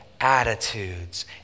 attitudes